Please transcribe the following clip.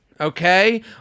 okay